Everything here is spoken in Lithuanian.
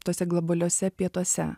tose globaliuose pietuose